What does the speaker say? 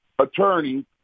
attorney